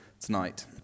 tonight